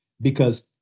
Because-